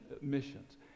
missions